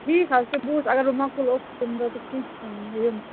ٹھیٖک حظ چھُ بہٕ وُِچھِ اگر بہٕ مۄکُل اوسُس تَمہِ دۄہ تہٕ کیٚنٛہہ چھُ نہٕ بہٕ یِمہٕ